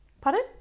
Pardon